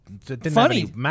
Funny